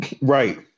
Right